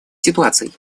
ситуации